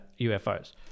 UFOs